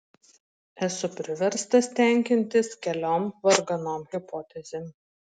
esu priverstas tenkintis keliom varganom hipotezėm